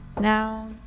Now